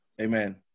Amen